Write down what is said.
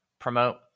promote